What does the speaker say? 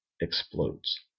explodes